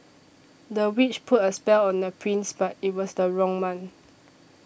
the witch put a spell on the prince but it was the wrong one